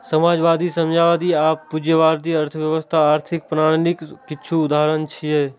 समाजवादी, साम्यवादी आ पूंजीवादी अर्थव्यवस्था आर्थिक प्रणालीक किछु उदाहरण छियै